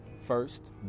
first